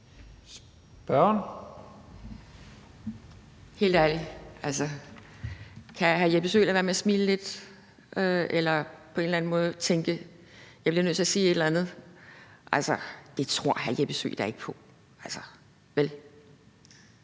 (DF): Helt ærligt, kan hr. Jeppe Søe lade være med at smile lidt, eller tænker han på en eller anden måde: Jeg bliver nødt til at sige et eller andet? Altså, det tror hr. Jeppe Søe da ikke på, vel?